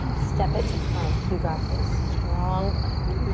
step it to plank. you got this. strong plank.